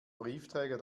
briefträger